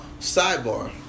sidebar